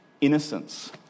innocence